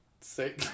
Say